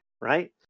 right